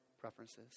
preferences